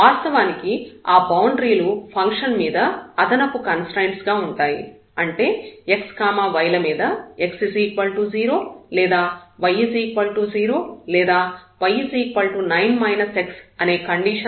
వాస్తవానికి ఆ బౌండరీలు ఫంక్షన్ మీద అదనపు కన్స్ట్రయిన్ట్ గా ఉంటాయి అంటే x y ల మీద x 0 లేదా y 0 లేదా y 9 x అనే కండిషన్లు ఉన్నాయి